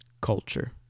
culture